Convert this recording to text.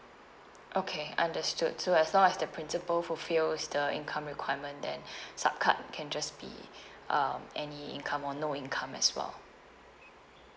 okay understood so as long as the principal fulfils the income requirement then sup card can just be um any income or no income as well